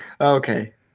Okay